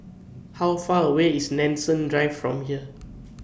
How Far away IS Nanson Drive from here